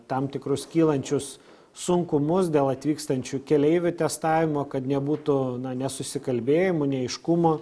tam tikrus kylančius sunkumus dėl atvykstančių keleivių testavimo kad nebūtų nesusikalbėjimų neaiškumo